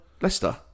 Leicester